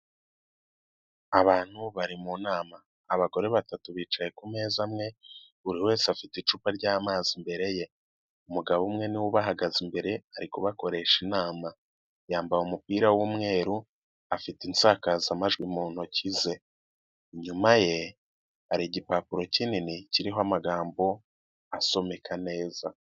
Abantu bari mu nama abagore batatu bicaye ku meza amwe buri wese afite icupa ry'amazi imbere ye, umugabo umwe niwe ubahagaze imbere arikoresha inama, yambaye umupira w'umweru afite isakazamajwi mu ntoki ze, inyuma ye hari igipapuro kinini kiriho amagambo asomeka neza.